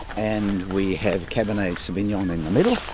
and we have cabernet sauvignon in the middle,